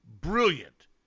Brilliant